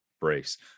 brace